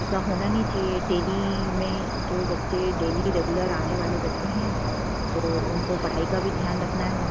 ऐसा होना नहीं चाहिए डेली में जो बच्चे डेली रेगुलर आने वाले बच्चे हैं तो उनको पढ़ाई का भी ध्यान रखना है